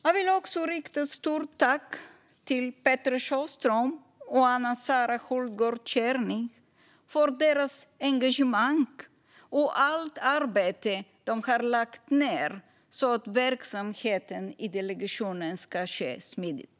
Jag vill också rikta ett stort tack till Petra Sjöström och Anna-Sara Hultgård Chernich för deras engagemang och allt arbete de har lagt ned på att verksamheten i delegationen ska ske smidigt.